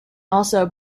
also